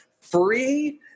free